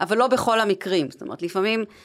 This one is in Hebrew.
אבל לא בכל המקרים, זאת אומרת לפעמים